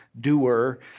doer